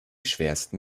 schwersten